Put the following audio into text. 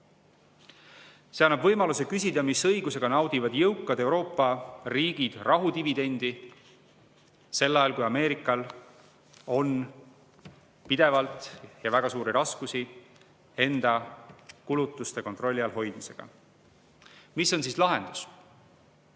See annab võimaluse küsida, mis õigusega naudivad jõukad Euroopa riigid rahudividendi sel ajal, kui Ameerikal on pidevalt väga suuri raskusi enda kulutuste kontrolli all hoidmisega. Mis on siis lahendus?